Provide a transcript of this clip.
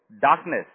darkness